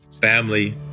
family